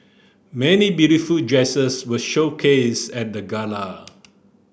many beautiful dresses were showcased at the gala